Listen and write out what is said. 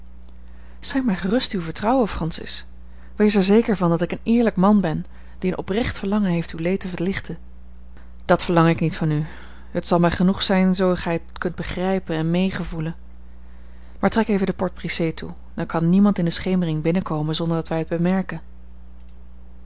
schenk mij gerust uw vertrouwen francis wees er zeker van dat ik een eerlijk man ben die een oprecht verlangen heeft uw leed te verlichten dat verlang ik niet van u het zal mij genoeg zijn zoo gij het kunt begrijpen en mee gevoelen maar trek even de porte-brisée toe dan kan niemand in de schemering binnenkomen zonder dat wij het